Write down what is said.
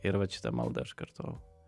ir vat šitą maldą aš kartojau